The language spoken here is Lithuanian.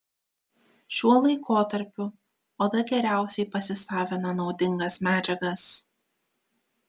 šiuo laikotarpiu oda geriausiai pasisavina naudingas medžiagas